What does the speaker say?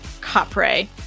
Capre